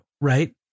right